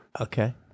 Okay